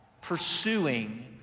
pursuing